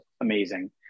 amazing